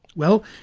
well,